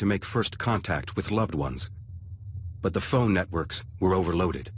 to make first contact with loved ones but the phone networks were overloaded